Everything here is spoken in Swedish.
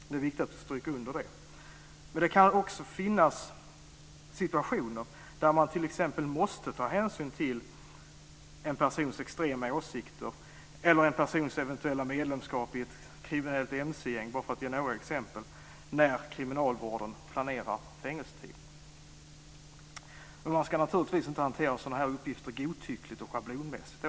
Det är viktigt att stryka under det, men det kan också finnas situationer då man t.ex. måste ta hänsyn till en persons extrema åsikter eller en persons eventuella medlemskap i ett kriminellt MC-gäng, bara för att ge några exempel, när kriminalvården planerar fängelsetiden. Men man ska naturligtvis inte hantera sådana här uppgifter godtyckligt och schablonmässigt.